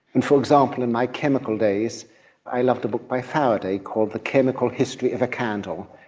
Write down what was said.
and for example, in my chemical days i loved a book by faraday called the chemical history of a candle,